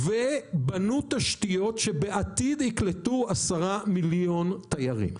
ובנו תשתיות שבעתיד יקלטו עשרה מיליון תיירים.